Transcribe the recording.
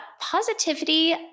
positivity